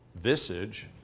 Visage